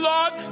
Lord